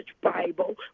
Bible